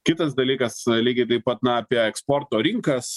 kitas dalykas lygiai taip pat na apie eksporto rinkas